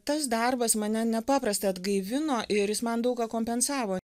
tas darbas mane nepaprastai atgaivino ir jis man daug ką kompensavo